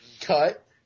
Cut